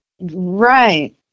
Right